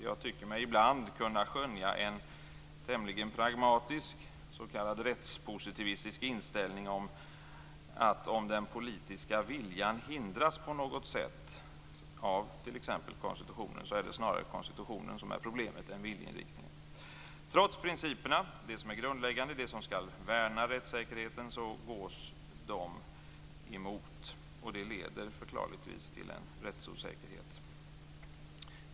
Jag tycker mig ibland kunna skönja en tämligen pragmatisk s.k. rättspositivistisk inställning, dvs. att om den politiska viljan hindras av t.ex. konstitutionen är det snarare konstitutionen som är problemet än viljeinriktningen. Trots principerna, dvs. det som är grundläggande och det som skall värna rättssäkerheten, vill ni gå dem emot. Det leder förklarligtvis till en rättsosäkerhet.